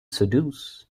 seduce